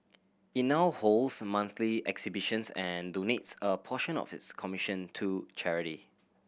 it now holds monthly exhibitions and donates a portion of its commission to charity